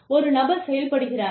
ஒரு நபர் செயல்படுகிறாரா